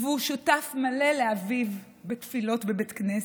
והוא שותף מלא לאביו בתפילות בבית הכנסת.